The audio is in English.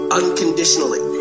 unconditionally